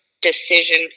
decision